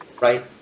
Right